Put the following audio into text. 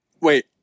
Wait